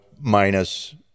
minus